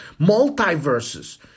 multiverses